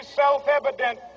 self-evident